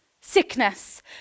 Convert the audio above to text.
Sickness